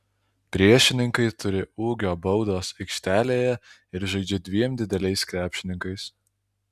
priešininkai turi ūgio baudos aikštelėje ir žaidžia dviem dideliais krepšininkais